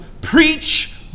preach